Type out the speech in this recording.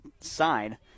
side